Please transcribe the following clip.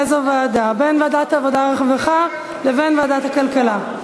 ועדת העבודה והרווחה לבין ועדת הכלכלה.